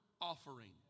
offering